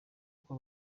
uko